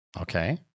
Okay